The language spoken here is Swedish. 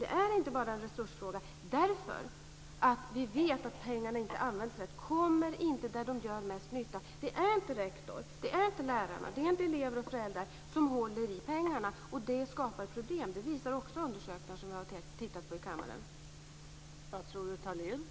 Det är inte bara en resursfråga därför att vi vet att pengarna inte används på rätt sätt och inte kommer till nytta där de gör mest nytta. Det är inte rektor, lärare, elever och föräldrar som håller i pengarna. Det skapar problem. Det visar också undersökningar som kammaren har tittat på.